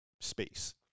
space